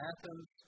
Athens